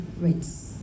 rates